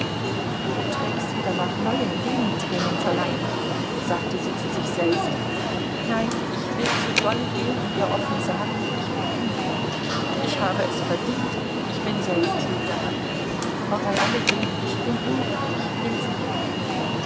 du trägst wie der nach neuen demütigungen verlangen sagte sie zu sich selbst nein ich will zu dolly gehen und ihr offen sagen ich bin unglücklich ich habe es verdient ich bin selbst schuld daran aber bei alledem ich bin unglücklich hilf mir